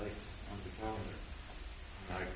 like right